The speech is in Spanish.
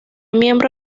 miembro